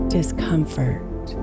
Discomfort